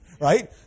right